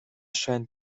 scheint